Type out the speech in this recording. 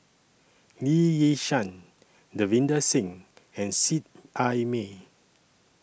Lee Yi Shyan Davinder Singh and Seet Ai Mee